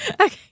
Okay